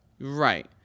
Right